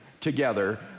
together